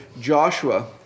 Joshua